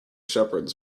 shepherds